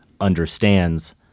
understands